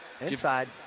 Inside